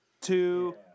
two